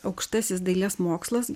aukštasis dailės mokslas